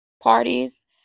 parties